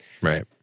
Right